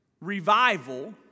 revival